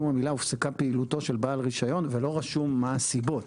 הופסקה פעילותו של בעל רישיון ולא רשום מה הסיבות.